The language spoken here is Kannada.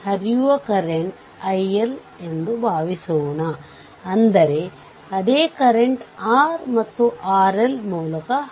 ಅದೇ ರೀತಿ ವಿದ್ಯುತ್ ಮೂಲವನ್ನು ಹೊಂದಿದ್ದರೆ ಅದನ್ನು ತೆರೆಯಬೇಕು ಮತ್ತು RThevenin ಎಷ್ಟು ಎಂಬುದನ್ನು ಕಂಡುಹಿಡಿಯಬೇಕು